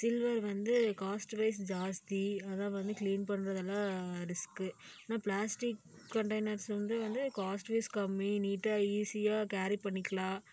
silver வந்து cost wise ஜாஸ்தி ஆனால் வந்து கிளீன் பண்றதெல்லாம் ரிஸ்க் ஆனால் பிளாஸ்டிக் கண்டைனர்ஸ் வந்து காஸ்ட் வைஸ் கம்மி நீட்டாக ஈசியாக கேரி பண்ணிக்கலாம்